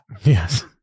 Yes